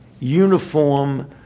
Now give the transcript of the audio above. uniform